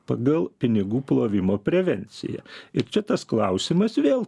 pagal pinigų plovimo prevenciją ir čia tas klausimas vėl